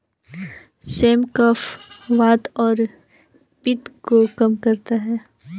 same कफ, वात और पित्त को कम करता है